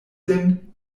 lin